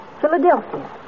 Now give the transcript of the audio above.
Philadelphia